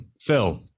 phil